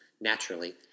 naturally